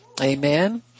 Amen